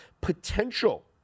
potential